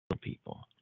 people